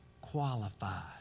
Qualified